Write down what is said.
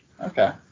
Okay